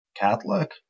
Catholic